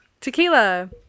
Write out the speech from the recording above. tequila